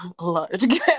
large